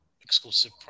exclusive